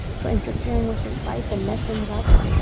for interfering with his life, and messing it up?